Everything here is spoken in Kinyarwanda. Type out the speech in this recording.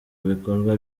bikorwa